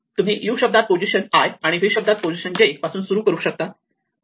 तुम्ही u शब्दात position i आणि v शब्दात पोझिशन j पासून सुरू करू शकता